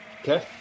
okay